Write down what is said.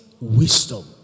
wisdom